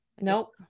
Nope